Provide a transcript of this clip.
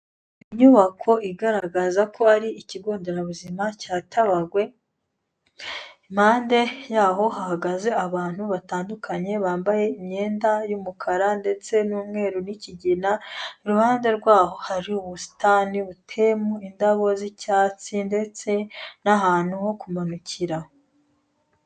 Inyubako igaragaza ko ari ikigonderabuzima cya Tabagwe, impande yaho hahagaze abantu batandukanye bambaye imyenda y'umukara ndetse n'umweru n'ikigina, iruhande rw'aho hari ubusitani buteyemo indabo z'icyatsi ndetse n'ahantu ho kumanukira.